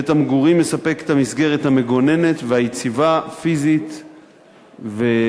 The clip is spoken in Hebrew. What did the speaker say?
את המגורים מספקת המסגרת המגוננת והיציבה פיזית ונפשית,